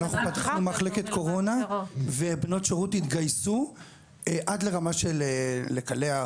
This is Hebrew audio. אנחנו פתחנו מחלקת קורונה ובנות שירות התגייסו עד לרמה של לקלח,